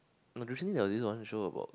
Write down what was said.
uh recently there was this one show about